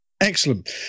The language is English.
Excellent